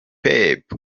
pep